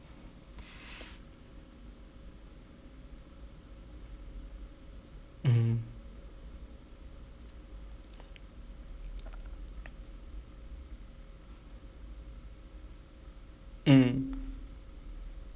mmhmm mm